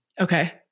Okay